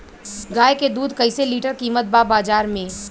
गाय के दूध कइसे लीटर कीमत बा बाज़ार मे?